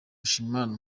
mushimiyimana